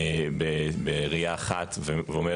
בראייה אחת ואומר